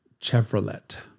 chevrolet